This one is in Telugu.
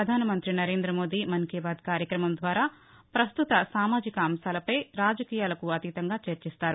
పధాన మంత్రి నరేంద్ర మోదీ మన్ కీ బాత్ కార్యక్రమం ద్వారా పస్తుత సామాజిక అంశాలపై రాజకీయాలకు అతీతంగా చర్చిస్తారు